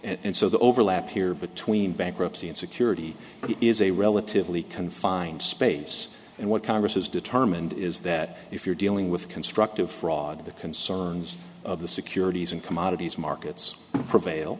and so the overlap here between bankruptcy and security is a relatively confined space and what congress has determined is that if you're dealing with constructive fraud the concerns of the securities and commodities markets prevail